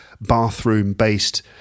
bathroom-based